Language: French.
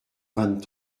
vingt